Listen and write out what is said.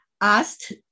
asked